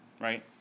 right